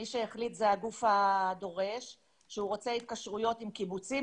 מי שהחליט זה הגוף הדורש שהחליט שהוא רוצה התקשרויות עם קיבוצים,